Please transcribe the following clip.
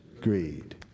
greed